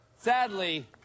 Sadly